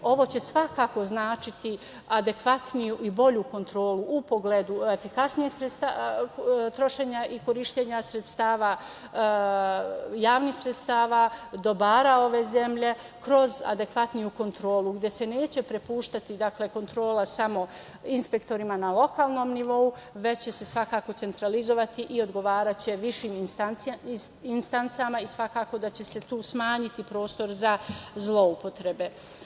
Ovo će svakako značiti adekvatniju i bolju kontrolu u pogledu efikasnijeg trošenja i korišćenja javnih sredstava, dobara ove zemlje kroz adekvatniju kontrolu, gde se neće prepuštati kontrola samo inspektorima na lokalnom nivou, već će se svakako centralizovati i odgovaraće višim instancama i svakako da će se tu smanjiti prostor za zloupotrebe.